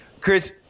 Chris